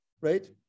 right